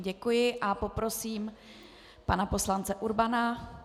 Děkuji a poprosím pana poslance Urbana.